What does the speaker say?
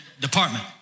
department